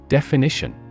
Definition